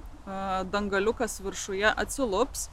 dangaliukas viršuje atsilups